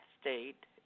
state